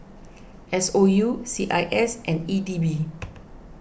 S O U C I S and E D B